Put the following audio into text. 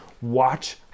Watch